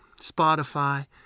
Spotify